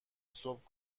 صبح